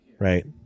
Right